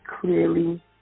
clearly